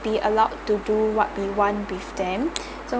be allowed to do what we want with them so